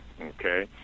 okay